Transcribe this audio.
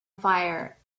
fire